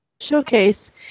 showcase